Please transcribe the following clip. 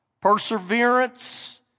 Perseverance